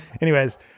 Anyways-